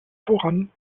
voran